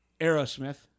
Aerosmith